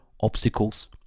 obstacles